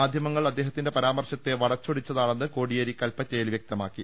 മാധ്യമങ്ങൾ അദ്ദേഹത്തിന്റെ പരാമർശത്തെ വളച്ചൊടി ച്ചതാണെന്ന് കോടിയേരി കൽപ്പറ്റയിൽ വ്യക്തമാക്കി